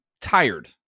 tired